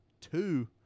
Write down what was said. Two